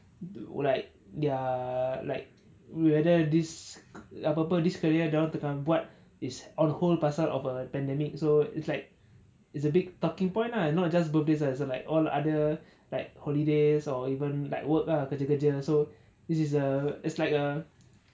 th~ like they're like whether this k~ apa apa this career dia orang tengah buat is on hold pasal of a pandemic so it's like it's a big talking point lah not just birthdays ah so like all other like holidays or even like work ah kerja kerja critical this is a it's like a